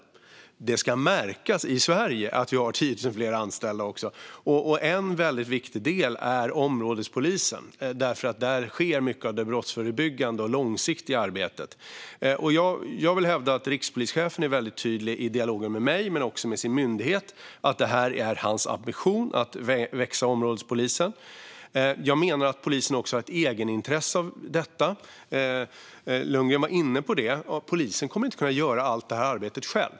Det ska också märkas i Sverige att vi har 10 000 fler anställda. En väldigt viktig del är områdespolisen, för där sker mycket av det brottsförebyggande och långsiktiga arbetet. Jag vill hävda att rikspolischefen är väldigt tydlig i dialogen med mig, men också med sin myndighet, om att det är hans ambition att områdespolisen ska växa. Jag menar att polisen också har ett egenintresse av detta. Lundgren var inne på det. Polisen kommer inte att kunna göra allt detta arbete själv.